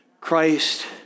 Christ